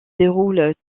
déroule